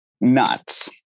nuts